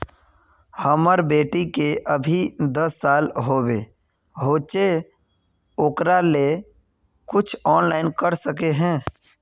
हमर बेटी के अभी दस साल होबे होचे ओकरा ले कुछ ऑनलाइन कर सके है?